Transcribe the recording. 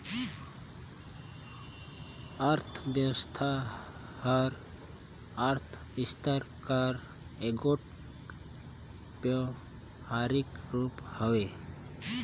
अर्थबेवस्था हर अर्थसास्त्र कर एगोट बेवहारिक रूप हवे